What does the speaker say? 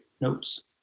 notes